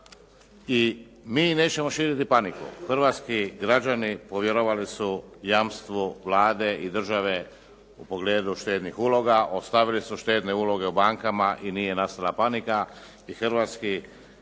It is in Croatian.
I mi nećemo širiti paniku, hrvatski građani povjerovali su jamstvu Vlade i države u pogledu štednih uloga, ostavili su štedne uloge u bankama i nije nastala panika